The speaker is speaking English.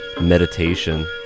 Meditation